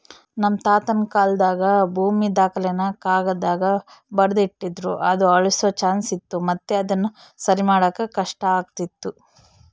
ನಮ್ ತಾತುನ ಕಾಲಾದಾಗ ಭೂಮಿ ದಾಖಲೆನ ಕಾಗದ್ದಾಗ ಬರ್ದು ಇಡ್ತಿದ್ರು ಅದು ಅಳ್ಸೋ ಚಾನ್ಸ್ ಇತ್ತು ಮತ್ತೆ ಅದುನ ಸರಿಮಾಡಾಕ ಕಷ್ಟಾತಿತ್ತು